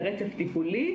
תורמים לרצף טיפולי,